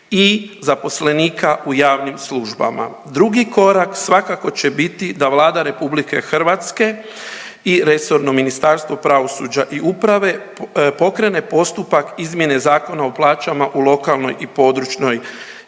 i zaposlenika u javnim službama. Drugi korak svakako će biti da Vlada Republike Hrvatske i resorno Ministarstvo pravosuđa i uprave pokrene postupak izmjene Zakona o plaćama u lokalnoj i područnoj